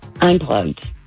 Unplugged